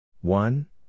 one